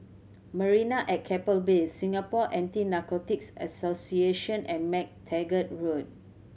Marina at Keppel Bay Singapore Anti Narcotics Association and MacTaggart Road